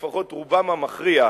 לפחות רובם המכריע,